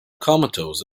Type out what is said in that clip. comatose